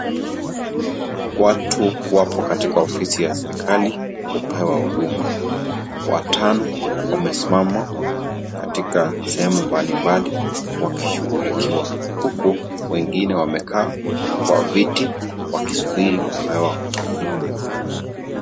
Watu wapo katika ofisi ya serikari, kupewa huduma. Watano wamesimama katika sehemu mbali mbali wakishughulikiwa. Huku, wengine wamekaa kwa viti, wakisuburi kupewa huduma.